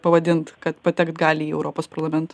pavadint kad patekt gali į europos parlamentą